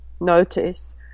notice